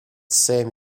same